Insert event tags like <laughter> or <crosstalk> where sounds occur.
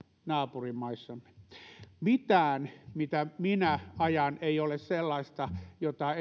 naapurimaissamme mikään mitä minä ajan ei ole sellaista jota <unintelligible>